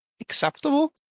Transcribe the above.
acceptable